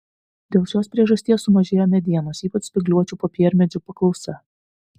dėl šios priežasties sumažėjo medienos ypač spygliuočių popiermedžių paklausa